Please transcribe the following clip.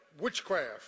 witchcraft